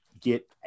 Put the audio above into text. get